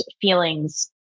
feelings